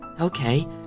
Okay